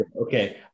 Okay